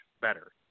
better